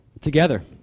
together